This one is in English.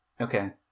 Okay